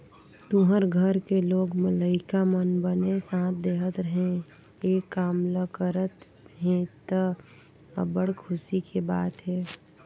तुँहर घर के लोग लइका मन बने साथ देहत हे, ए काम ल करत हे त, अब्बड़ खुसी के बात हे